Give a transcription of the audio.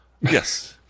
yes